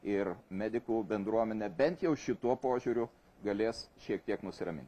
ir medikų bendruomenė bent jau šituo požiūriu galės šiek tiek nusiramint